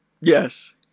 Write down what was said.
Yes